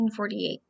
1948